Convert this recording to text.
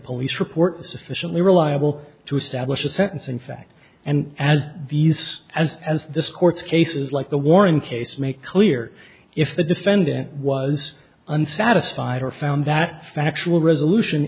police report sufficiently reliable to establish a sentence in fact and as these as as this court cases like the warren case make clear if the defendant was unsatisfied or found that factual resolution